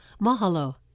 Mahalo